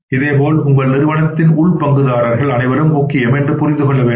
இதேபோல் உங்கள் நிறுவனத்தின் உள் பங்குதாரர்கள் அனைவரும் முக்கியம் என்று புரிந்து கொள்ள வேண்டும்